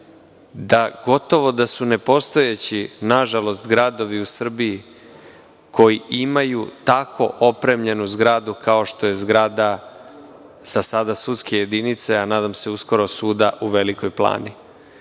da gotovo da su nepostojeći nažalost gradovi u Srbiji koji imaju tako opremljenu zgradu kao što je zgrada sa sada sudske jedinice, a nadam se uskoro suda u Velikoj Plani.